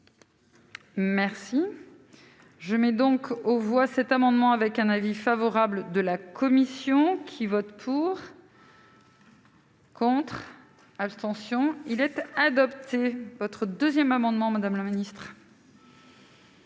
Merci, je mets donc aux voix cet amendement avec un avis favorable de la commission qui vote pour. Contre, abstention il être adopté votre 2ème amendement madame la manif.